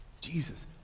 Jesus